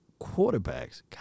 quarterbacks